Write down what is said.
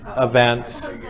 events